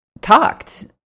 talked